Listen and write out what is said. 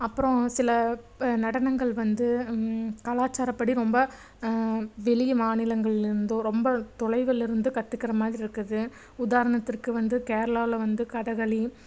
அப்புறம் சில நடனங்கள் வந்து கலாச்சாரப்படி ரொம்ப வெளிய மாநிலங்கள்லிருந்தோ ரொம்ப தொலைவுலிருந்து கத்துக்குகிற மாதிரி இருக்குது உதாரணத்திற்கு வந்து கேரளாவில் வந்து கதகளி